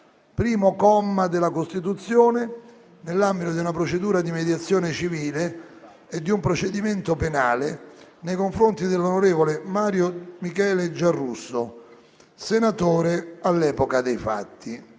primo comma, della Costituzione, nell'ambito di una procedura di mediazione civile e di un procedimento penale nei confronti dell'onorevole Mario Michele Giarrusso, senatore all'epoca dei fatti***